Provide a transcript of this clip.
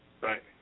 Right